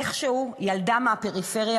איכשהו ילדה מהפריפריה,